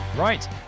right